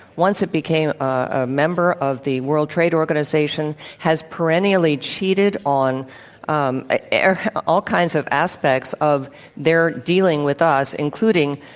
once it became a member of the world trade organization, has perennially cheated on um ah all kinds of aspects of their dealing with us, including,